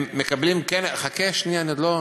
הם מקבלים כן, חכה שנייה, אני עוד לא,